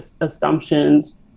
assumptions